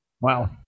Wow